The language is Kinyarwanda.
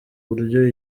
buryo